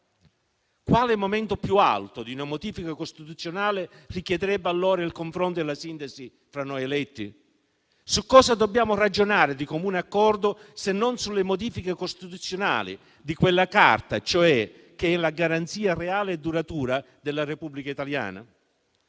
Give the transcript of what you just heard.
Quale momento più alto di una modifica costituzionale richiederebbe il confronto e la sintesi fra noi eletti? Su cosa dobbiamo ragionare di comune accordo se non sulle modifiche costituzionali di quella Carta che è la garanzia reale e duratura della Repubblica italiana?